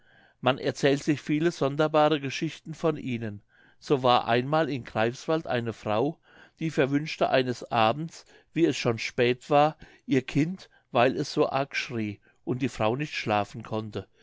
man erzählt sich viele sonderbare geschichten von ihnen so war einmal in greifswald eine frau die verwünschte eines abends wie es schon spät war ihr kind weil es so arg schrie und die frau nicht schlafen konnte